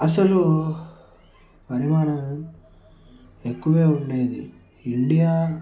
అసలు పరిమాణం ఎక్కువే ఉండేది ఇండియా